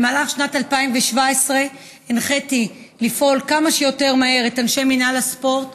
במהלך שנת 2017 הנחיתי את אנשי מינהל הספורט